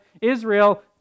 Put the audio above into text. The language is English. Israel